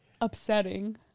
upsetting